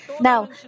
Now